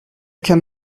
can